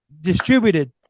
distributed